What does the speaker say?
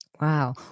Wow